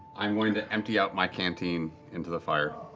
i'm going to empty out my canteen into the fire.